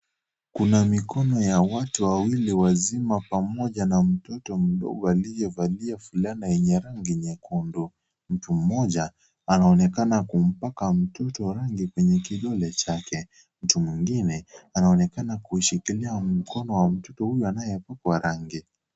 Kuna mikono ya watu wawili wazima pamoja na mtoto mdogo aliyevaloa fulana yenye rangi nyekundu, mtu mmoja anaonekana kumpaka mtoto rangi kwenye kidole chake mtu mwingine anaonekana kuishikilia mkono wa mtoto huyu anayepakwa rangi.